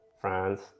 france